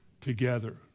together